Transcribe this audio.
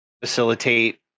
facilitate